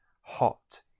hot